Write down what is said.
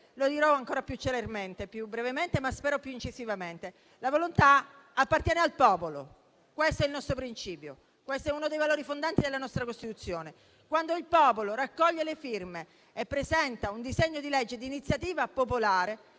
Lo dirò ancora più celermente, più brevemente, ma spero più incisivamente: la volontà appartiene al popolo. Questo è il nostro principio. Questo è uno dei valori fondanti della nostra Costituzione. Quando il popolo raccoglie le firme e presenta un disegno di legge di iniziativa popolare,